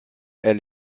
elle